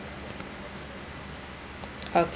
okay